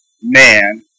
man